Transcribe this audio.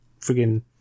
Friggin